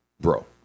bro